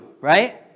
right